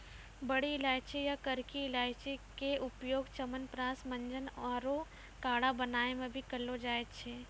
बड़ी इलायची या करकी इलायची के उपयोग च्यवनप्राश, मंजन आरो काढ़ा बनाय मॅ भी करलो जाय छै